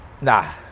Nah